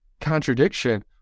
contradiction